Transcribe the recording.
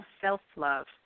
self-love